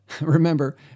Remember